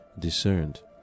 discerned